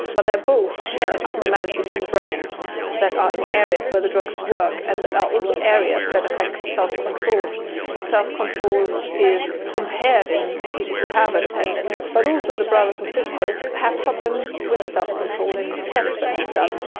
but they both share abnormalities in the brain that are in areas where the drugs work, and that are also areas that affect self-control. self-control is impaired in people who have a dependence, but also the brothers and sisters have problems with self-control in tests that we've done.